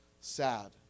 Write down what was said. sad